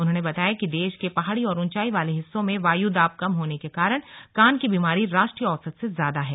उन्होंने बताया कि देश के पहाड़ी और ऊंचाई वाले हिस्सों में वायु दाब कम होने के कारण कान की बीमारी राष्ट्रीय औसत से ज्यादा है